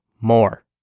more